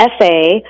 essay